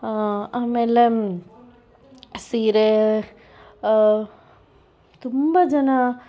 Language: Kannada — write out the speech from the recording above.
ಆಮೇಲೆ ಸೀರೆ ತುಂಬ ಜನ